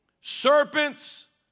serpents